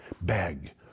Beg